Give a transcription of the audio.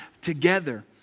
together